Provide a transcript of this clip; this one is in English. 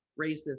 racist